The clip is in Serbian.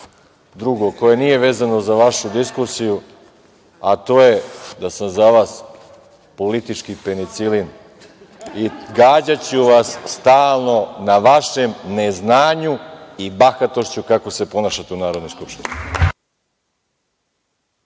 drugo koje nije vezano za vašu diskusiju, a to je da sam za vas politički penicilin i gađaću vas stalno na vašem neznanju i bahatošću kako se ponašate u Narodnoj skupštini.